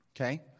Okay